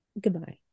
Goodbye